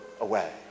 away